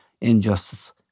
injustice